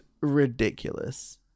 ridiculous